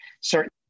certain